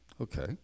okay